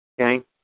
Okay